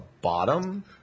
bottom